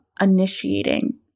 initiating